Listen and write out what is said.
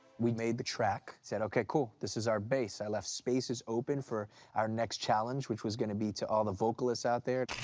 we made the track. said, okay, cool. this is our base. i left spaces open for our next challenge which was going to be to all the vocalists out there.